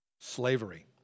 slavery